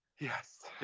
Yes